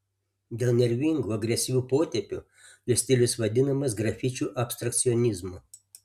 dėl nervingų agresyvių potėpių jo stilius vadinamas grafičių abstrakcionizmu